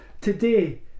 today